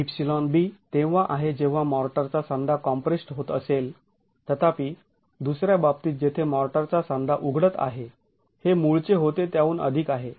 εb तेव्हा आहे जेव्हा मॉर्टरचा सांधा कॉम्प्रेस्ड् होत असेल तथापि दुसऱ्या बाबतीत जेथे मॉर्टरचा सांधा उघडत आहे हे मूळचे होते त्याहून अधिक आहे